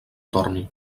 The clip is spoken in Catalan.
torne